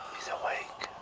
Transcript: he's awake!